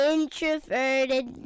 Introverted